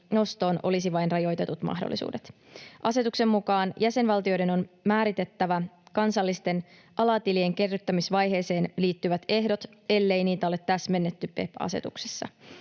nostoon olisi vain rajoitetut mahdollisuudet. Asetuksen mukaan jäsenvaltioiden on määritettävä kansallisten alatilien kerryttämisvaiheeseen liittyvät ehdot, ellei niitä ole täsmennetty PEPP-asetuksessa.